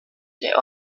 der